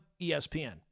ESPN